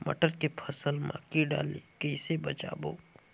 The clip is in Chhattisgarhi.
मटर के फसल मा कीड़ा ले कइसे बचाबो?